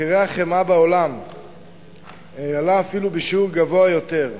מחיר החמאה בעולם עלה אפילו בשיעור גבוה יותר.